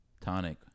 tonic